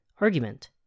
Argument